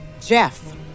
Jeff